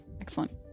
Excellent